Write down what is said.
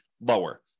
lower